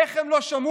איך הם לא שמעו